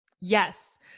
Yes